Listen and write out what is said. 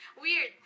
Weird